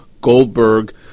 Goldberg